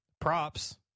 props